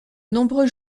nombreux